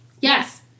yes